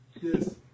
Yes